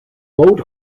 boat